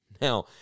Now